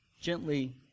gently